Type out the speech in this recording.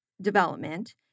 development